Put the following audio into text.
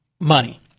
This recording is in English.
money